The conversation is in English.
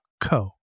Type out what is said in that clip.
co